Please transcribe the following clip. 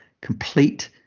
complete